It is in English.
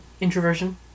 introversion